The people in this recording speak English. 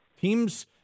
Teams